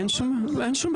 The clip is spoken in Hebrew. אין שום בעיה.